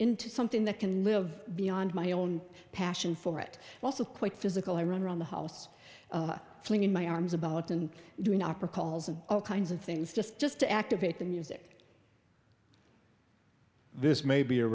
into something that can live beyond my own passion for it also quite physical i run around the house feeling in my arms about and doing opera calls and all kinds of things just just to activate the music this may be a